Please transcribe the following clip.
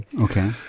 Okay